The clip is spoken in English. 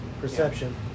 Perception